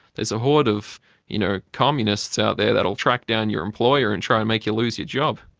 there's a horde of you know communists out there that will track down your employer and try and make you lose your job.